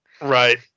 Right